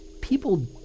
People